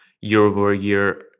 year-over-year